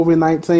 COVID-19